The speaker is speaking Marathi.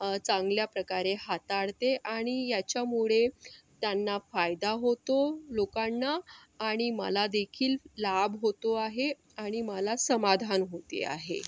चांगल्या प्रकारे हाताळते आणि याच्यामुळे त्यांना फायदा होतो लोकांना आणि मलादेखील लाभ होतो आहे आणि मला समाधान होते आहे